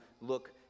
look